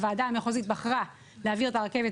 הוועדה המחוזית בחרה להעביר את הרכבת